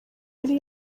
yari